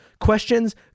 Questions